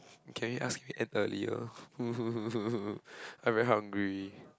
can you ask if we end earlier I'm very hungry